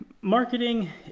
marketing